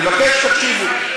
אני מבקש שתקשיבו.